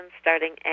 starting